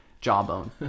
jawbone